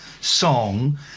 song